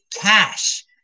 cash